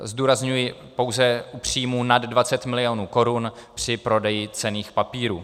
Zdůrazňuji pouze u příjmu nad 20 milionů korun při prodeji cenných papírů.